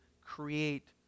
create